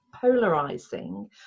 polarizing